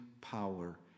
power